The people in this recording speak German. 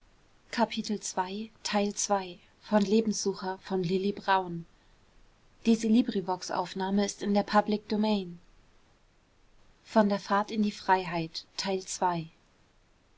von der fahrt in die freiheit